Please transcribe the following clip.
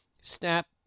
snap